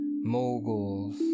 moguls